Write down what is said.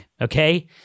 okay